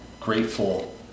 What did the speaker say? grateful